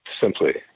simply